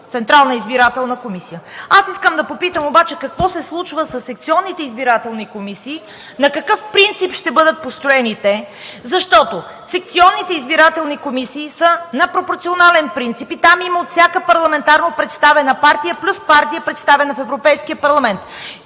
централна избирателна комисия. Аз искам да попитам обаче: какво се случва със секционните избирателни комисии, на какъв принцип ще бъдат построени те? Защото секционните избирателни комисии са на пропорционален принцип и там има от всяка парламентарно представена партия плюс партия, представена в Европейския парламент.